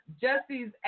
Jesse's